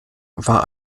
war